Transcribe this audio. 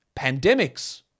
pandemics